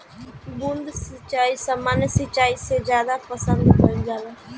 बूंद सिंचाई सामान्य सिंचाई से ज्यादा पसंद कईल जाला